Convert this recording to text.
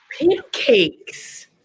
Pancakes